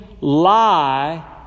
lie